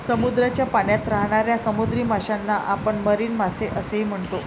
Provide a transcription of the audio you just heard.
समुद्राच्या पाण्यात राहणाऱ्या समुद्री माशांना आपण मरीन मासे असेही म्हणतो